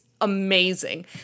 amazing